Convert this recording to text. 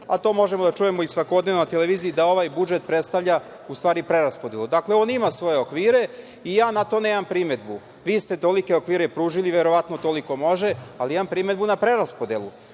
a to možemo da čujemo i svakodnevno na televiziji, da ovaj budžet predstavlja u stvari preraspodelu. Dakle, on ima svoje okvire i ja na to nemam primedbu. Vi ste tolike okvire pružili, verovatno toliko može, ali imam primedbu na preraspodelu. Dakle,